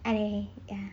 and okay okay ya